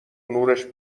نورش